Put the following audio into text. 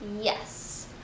Yes